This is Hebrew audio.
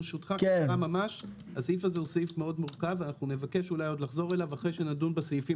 נבקש אולי לחזור אליו אחרי שנדון בסעיפים